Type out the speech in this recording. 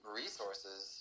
resources